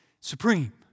supreme